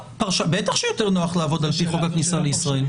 בטח שיותר נוח לעבוד על פי חוק הכניסה לישראל.